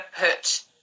put